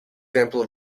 example